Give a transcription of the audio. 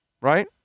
right